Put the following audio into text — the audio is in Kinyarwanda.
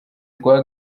rwa